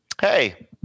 Hey